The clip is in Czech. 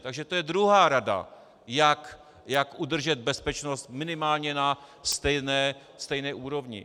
Takže to je druhá rada, jak udržet bezpečnost minimálně na stejné úrovni.